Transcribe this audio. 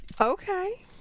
Okay